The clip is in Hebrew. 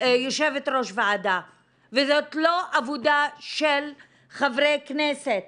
יושבת ראש ועדה וזאת לא עבודה של חברי כנסת